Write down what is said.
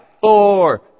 four